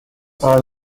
are